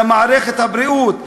למערכת הבריאות,